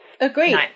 Agreed